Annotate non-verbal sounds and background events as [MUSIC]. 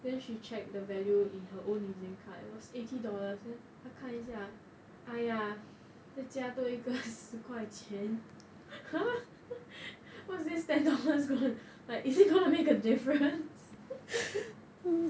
then she checked the value in her own EZ-link card there was eighty dollars then 她看一下哎呀再加多一个十块钱 !huh! what's this ten dollars going like is it going to make a difference [LAUGHS]